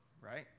right